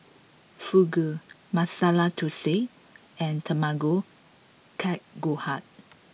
Fugu Masala Dosa and Tamago kake gohan